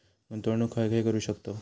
गुंतवणूक खय खय करू शकतव?